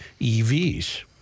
EVs